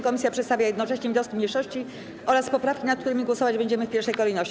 Komisja przedstawia jednocześnie wnioski mniejszości oraz poprawki, nad którymi głosować będziemy w pierwszej kolejności.